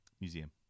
Museum